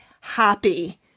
happy